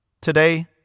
Today